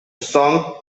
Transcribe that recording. song